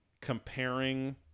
comparing